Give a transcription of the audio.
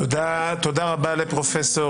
תודה רבה לפרופ'